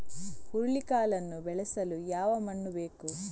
ಹುರುಳಿಕಾಳನ್ನು ಬೆಳೆಸಲು ಯಾವ ಮಣ್ಣು ಬೇಕು?